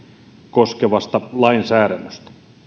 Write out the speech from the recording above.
koskevasta lainsäädännöstä